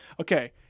okay